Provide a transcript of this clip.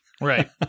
Right